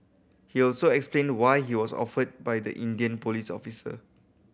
he also explained why he was offended by the Indian police officer